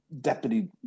Deputy